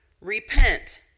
Repent